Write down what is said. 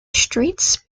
streets